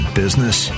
business